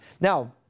Now